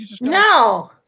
No